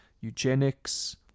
eugenics